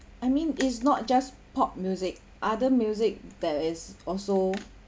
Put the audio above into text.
I mean it's not just pop music other music there is also